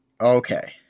Okay